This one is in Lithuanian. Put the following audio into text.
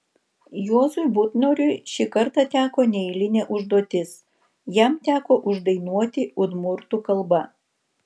juozui butnoriui šį kartą teko neeilinė užduotis jam teko uždainuoti udmurtų kalba